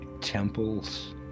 temples